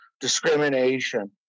discrimination